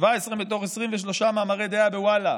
17 מתוך 23 מאמרי דעה בוואלה,